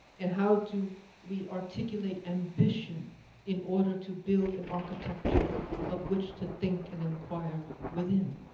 and how do we articulate ambition in order to build an architecture of which to think and inquire within?